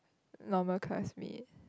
normal classmate